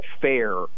fair